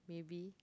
maybe